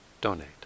donate